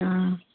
ஆ